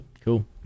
Cool